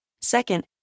Second